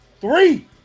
Three